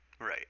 Right